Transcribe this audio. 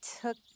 took